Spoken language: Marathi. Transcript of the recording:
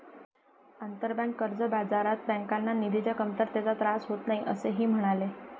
आंतरबँक कर्ज बाजारात बँकांना निधीच्या कमतरतेचा त्रास होत नाही, असेही ते म्हणाले